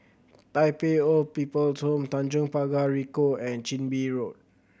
Tai Pei Old People's Home Tanjong Pagar Ricoh and Chin Bee Road